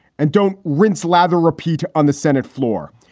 and don't rinse, lather, repeat. on the senate floor.